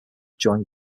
joined